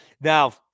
Now